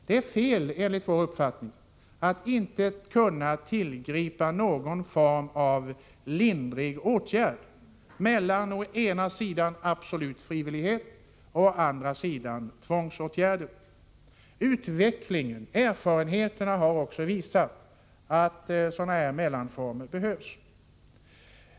Det är enligt vår uppfattning fel att man nu inte kan tillgripa någon form av lindrig åtgärd, mellan å ena sidan absolut frivillighet och å andra sidan tvångsomhändertagande. Utvecklingen och erfarenheterna har visat att sådana mellanformer behövs.